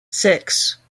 six